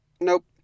Nope